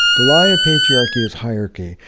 the lie of patriarchy is hierarchy,